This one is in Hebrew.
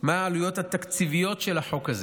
מה העלויות התקציביות של החוק הזה.